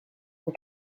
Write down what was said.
cent